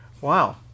Wow